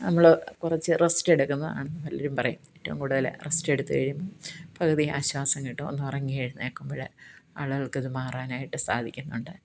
നമ്മള് കുറച്ചു റസ്റ്റ് എടുക്കുന്ന ആണെന്ന് പലരും പറയും ഏറ്റവും കൂടുതല് റസ്റ്റ് എടുത്തഴിയുമ്പൊ പകുതിയും ആശ്വാസം കിട്ടും ഒന്ന് ഉറങ്ങി എഴുന്നേൽക്കുമ്പോൾ ആളുകൾക്ക് അത് മാറാനായിട്ട് സാധിക്കുന്നുണ്ട്